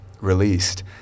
released